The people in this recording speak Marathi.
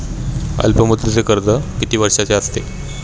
अल्पमुदतीचे कर्ज किती वर्षांचे असते?